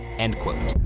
end quote.